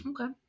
Okay